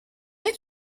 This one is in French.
est